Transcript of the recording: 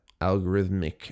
algorithmic